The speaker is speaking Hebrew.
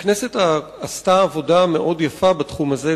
הכנסת עשתה עבודה מאוד יפה בתחום הזה,